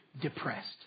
depressed